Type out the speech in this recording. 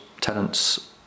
tenants